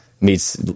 meets